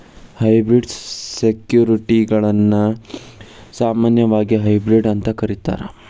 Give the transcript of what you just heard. hybrid ಸೆಕ್ಯುರಿಟಿಗಳನ್ನ ಸಾಮಾನ್ಯವಾಗಿ hybrid ಅಂತ ಕರೇತಾರ